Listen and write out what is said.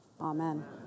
Amen